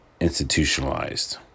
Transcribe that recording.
institutionalized